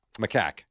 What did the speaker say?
macaque